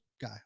guy